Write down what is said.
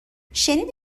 شنیدی